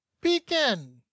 begin